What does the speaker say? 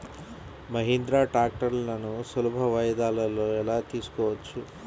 మహీంద్రా ట్రాక్టర్లను సులభ వాయిదాలలో ఎలా తీసుకోవచ్చు?